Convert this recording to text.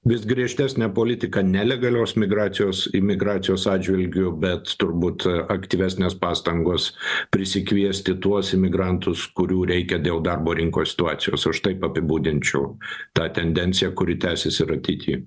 vis griežtesnę politiką nelegalios migracijos imigracijos atžvilgiu bet turbūt aktyvesnės pastangos prisikviesti tuos imigrantus kurių reikia dėl darbo rinkos situacijos aš taip apibūdinčiau tą tendenciją kuri tęsis ir ateity